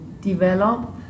develop